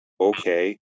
okay